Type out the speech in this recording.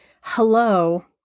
hello